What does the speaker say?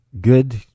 good